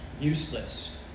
useless